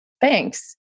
Thanks